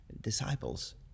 disciples